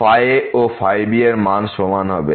ϕও ϕ এর মান সমান হবে